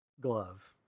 glove